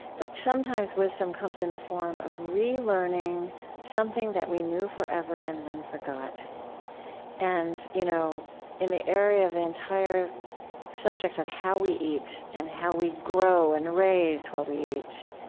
but sometimes wisdom comes in the form of relearning something that we knew forever and then forgot and you know in the area of the entire subject of how we eat and how we grow, and raise what we eat,